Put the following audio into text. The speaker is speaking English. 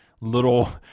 little